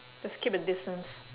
just keep a distance